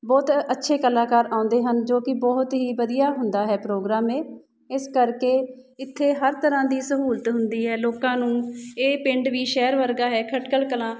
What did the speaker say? ਬਹੁਤ ਅੱਛੇ ਕਲਾਕਾਰ ਆਉਂਦੇ ਹਨ ਜੋ ਕਿ ਬਹੁਤ ਹੀ ਵਧੀਆ ਹੁੰਦਾ ਹੈ ਪ੍ਰੋਗਰਾਮ ਇਹ ਇਸ ਕਰਕੇ ਇੱਥੇ ਹਰ ਤਰ੍ਹਾਂ ਦੀ ਸਹੂਲਤ ਹੁੰਦੀ ਹੈ ਲੋਕਾਂ ਨੂੰ ਇਹ ਪਿੰਡ ਵੀ ਸ਼ਹਿਰ ਵਰਗਾ ਹੈ ਖਟਕੜ ਕਲਾਂ